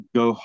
go